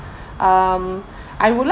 um I would like